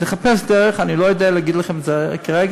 נחפש דרך, אני לא יודע להגיד לכם את זה כרגע.